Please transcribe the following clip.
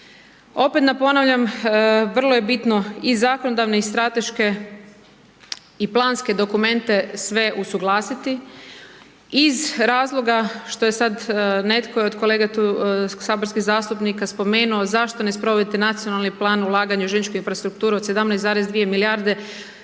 Opet na ponavljam vrlo je bitno i zakonodavne i strateške i planske dokumente sve usuglasiti iz razloga što je sad netko i od kolega tu saborskih zastupnika spomenuo zašto ne sprovedete Nacionalni plan ulaganja u željezničku infrastrukturu od 17,2 milijarde,